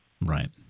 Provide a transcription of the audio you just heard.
Right